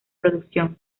producción